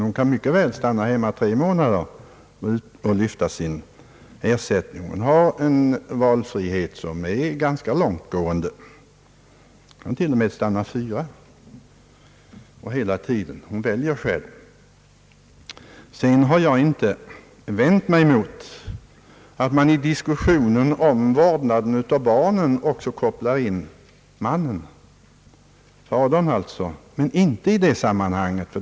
Hon kan mycket väl stanna hemma under tre månader och lyfta sin ersättning. Hon har alltså en valfrihet som är ganska långtgående. Hon kan stanna hemma i fyra månader eller hela tiden, hon väljer själv. Jag har inte vänt mig mot att man i diskussionen om vårdnaden av barnen också kopplar in fadern, men det bör inte ske i detta sammanhang.